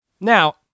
Now